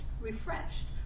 refreshed